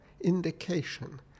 indication